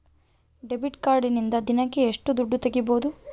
Debit ಕಾರ್ಡಿನಿಂದ ದಿನಕ್ಕ ಎಷ್ಟು ದುಡ್ಡು ತಗಿಬಹುದು?